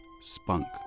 Spunk